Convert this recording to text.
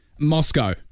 Moscow